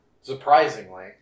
Surprisingly